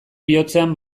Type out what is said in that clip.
bihotzean